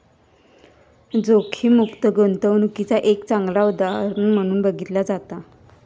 जोखीममुक्त गुंतवणूकीचा एक चांगला उदाहरण म्हणून बघितला जाता